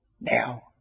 now